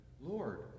Lord